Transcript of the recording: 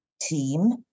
team